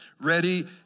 ready